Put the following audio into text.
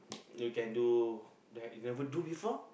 you can do that you never do before